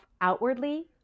outwardly